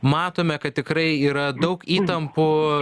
matome kad tikrai yra daug įtampų